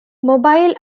mobile